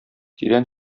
тирән